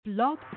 Blog